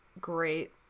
great